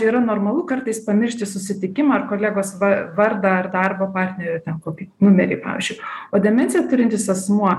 yra normalu kartais pamiršti susitikimą ar kolegos va vardą ar darbo partnerį kokį numerį pavyzdžiui o demenciją turintis asmuo